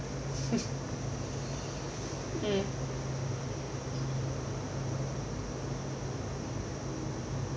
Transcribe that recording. mm